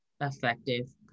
effective